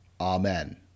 Amen